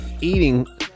eating